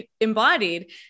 embodied